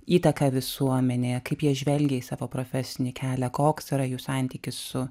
įtaką visuomenėje kaip jie žvelgia į savo profesinį kelią koks yra jų santykis su